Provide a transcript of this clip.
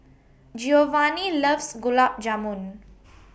Geovanni loves Gulab Jamun